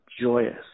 joyous